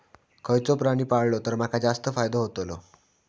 खयचो प्राणी पाळलो तर माका जास्त फायदो होतोलो?